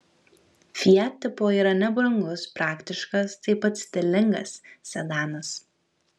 fiat tipo yra nebrangus praktiškas taip pat stilingas sedanas